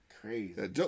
Crazy